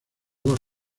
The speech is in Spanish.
dos